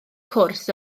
cwrs